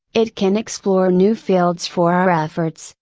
it can explore new fields for our efforts,